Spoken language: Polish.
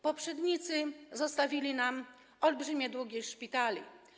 Poprzednicy zostawili nam olbrzymie długi szpitali.